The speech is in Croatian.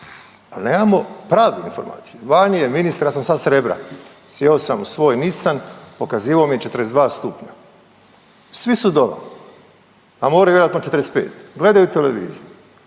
Nemamo prave informacije, vani je ministar ja sam sad s Rebra sjeo sam u svoj Nissan, pokazivao mi je 42 stupnja, svi su dole, na moru vjerojatno 45, gledaju televiziju,